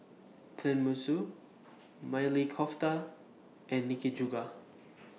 Tenmusu Maili Kofta and Nikujaga